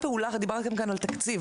דיברתם כאן על תקציב,